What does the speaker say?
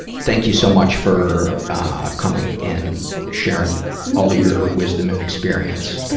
thank you so much for coming and sharing all your wisdom and experience.